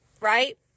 right